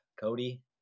Cody